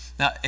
Now